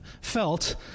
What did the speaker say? felt